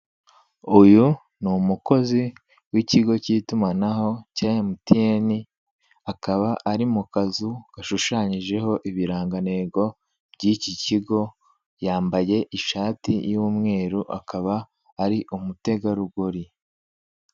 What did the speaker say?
Uyu ni umukozi w'ikigo cy'itumanaho cya MTN akaba ari mu kazu gashushanyijeho ibirangantego by'iki kigo yambaye ishati y'umweru akaba ari umutegarugori.